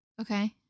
Okay